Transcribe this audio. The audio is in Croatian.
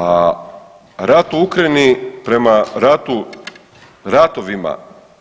A rat u Ukrajini prema ratovima